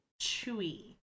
Chewy